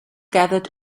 gathered